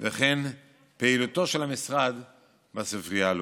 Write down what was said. וכן פעילותו של המשרד בספרייה הלאומית.